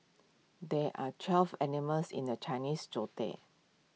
there are twelve animals in the Chinese Zodiac